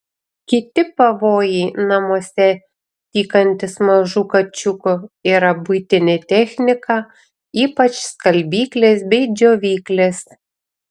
kiti pavojai namuose tykantys mažų kačiukų yra buitinė technika ypač skalbyklės bei džiovyklės